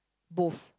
both